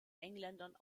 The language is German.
engländern